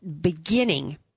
beginning